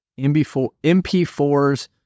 MP4s